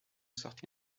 sorti